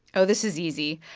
oh, this is easy.